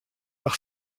par